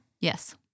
Yes